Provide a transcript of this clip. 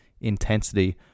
Intensity